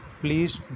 please